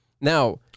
Now